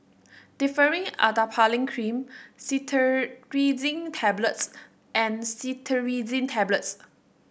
Differin Adapalene Cream Cetirizine Tablets and Cetirizine Tablets